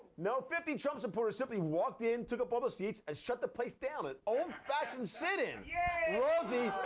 no. fifty trump supporters simply walked in, took up all the seats and shut the place down an old-fashioned sit-in. yeah rosie,